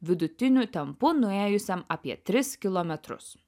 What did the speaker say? vidutiniu tempu nuėjusiam apie tris kilometrus